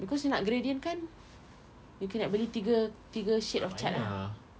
because you nak gradient kan you kena beli tiga tiga shades of cat ah